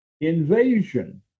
invasion